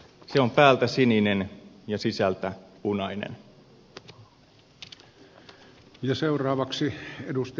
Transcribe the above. se on päältä sininen ja sisältä punainen